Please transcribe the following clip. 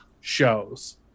shows